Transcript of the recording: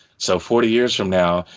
so forty years from now,